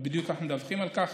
בדיוק אנחנו מדווחים על כך,